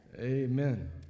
Amen